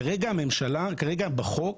כרגע בחוק